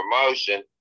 promotion